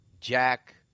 Jack